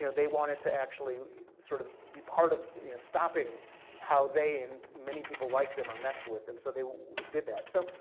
you know they wanted to actually sort of be part of stopping how they, and many people like them, are messed with, and so they did that. so,